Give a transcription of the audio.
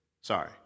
sorry